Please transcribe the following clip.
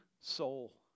soul